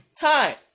time